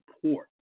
support